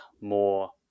more